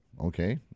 okay